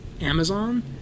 Amazon